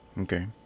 Okay